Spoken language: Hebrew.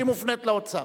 בשבוע הבא,